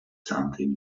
something